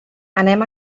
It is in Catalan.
anem